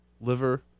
liver